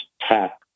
tap